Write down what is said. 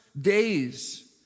days